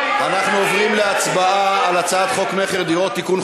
אנחנו עוברים להצבעה על הצעת חוק המכר (דירות) (תיקון,